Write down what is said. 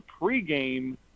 pregame